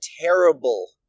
terrible